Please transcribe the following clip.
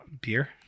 beer